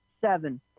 seven